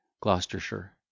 gloucestershire